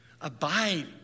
abide